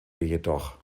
jedoch